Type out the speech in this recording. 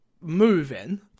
moving